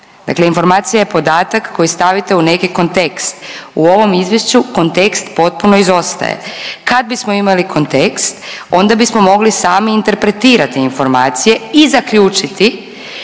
Dakle informacija je podatak koji stavite u neki kontekst. U ovom Izvješću kontekst potpuno izostaje. Kad bismo imali kontekst, onda bismo mogli sami interpretirati informacije i zaključiti